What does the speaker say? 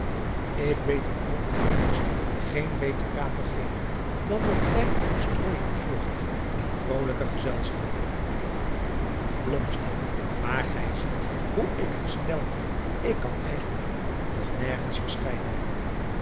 ik weet u ook voor eerst geen beter raad te geven dan dat gij u verstrooijing bezorgt in vrolijke gezelschappen blommesteyn maar gij ziet hoe ik gesteld ben ik kan eigenlijk nog nergens verschijnen